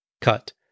Cut